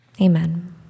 Amen